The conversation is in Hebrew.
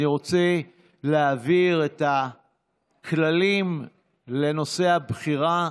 אני רוצה להבהיר את הכללים לנושא הבחירה.